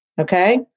Okay